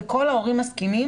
וכל ההורים מסכימים